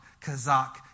kazak